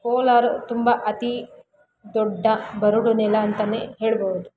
ಕೋಲಾರ ತುಂಬ ಅತಿ ದೊಡ್ಡ ಬರಡು ನೆಲ ಅಂತನೇ ಹೇಳಬಹುದು